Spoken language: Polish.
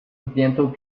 zdjętą